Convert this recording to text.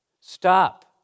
Stop